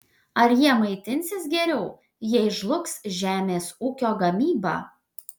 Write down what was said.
ar jie maitinsis geriau jei žlugs žemės ūkio gamyba